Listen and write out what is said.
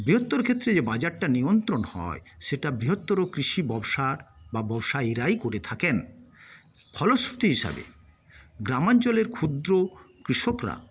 বৃহত্তর ক্ষেত্রে যে বাজারটা নিয়ন্ত্রণ হয় সেটা বৃহত্তর কৃষি ববসার বা ববসায়ীরই করে থাকেন ফলশ্রুতি হিসাবে গ্রামাঞ্চলের ক্ষুদ্র কৃষকরা